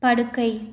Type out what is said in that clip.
படுக்கை